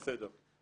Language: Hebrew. בסדר.